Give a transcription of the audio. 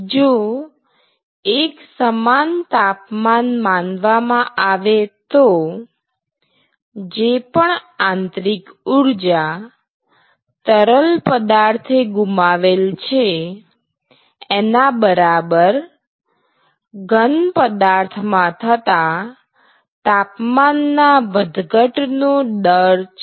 જો એકસમાન તાપમાન માનવામાં આવે તો જે પણ આંતરિક ઊર્જા તરલ પદાર્થે ગુમાવેલ છે એના બરાબર ઘન પદાર્થ માં થતા તાપમાનના વધઘટનો દર છે